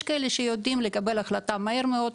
יש כאלה שיודעים לקבל החלטה מהר מאוד,